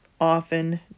often